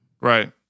Right